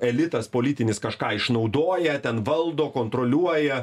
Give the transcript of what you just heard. elitas politinis kažką išnaudoja ten valdo kontroliuoja